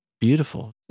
beautiful